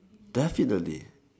definitely